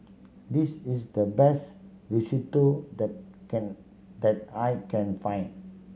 this is the best Risotto that can that I can find